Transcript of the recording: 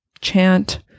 chant